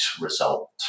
result